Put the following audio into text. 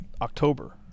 October